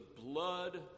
blood